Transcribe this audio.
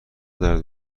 درد